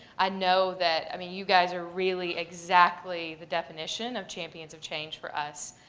i know that, i mean, you guys are really exactly the definition of champions of change for us.